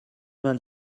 vingt